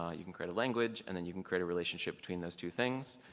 ah you can create a language, and then you can create a relationship between those two things.